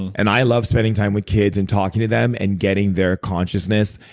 and i love spending time with kids and talking to them and getting their consciousness,